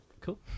Cool